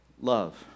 love